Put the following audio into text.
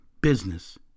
business